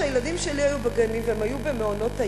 כשהילדים שלי היו בגנים והם היו במעונות-היום,